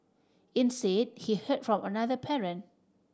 instead he heard from another parent